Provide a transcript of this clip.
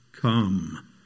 come